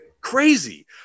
Crazy